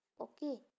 Okay